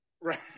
Right